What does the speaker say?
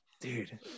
dude